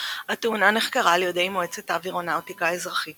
התאונה נחקרה על ידי מועצת האווירונאוטיקה האזרחית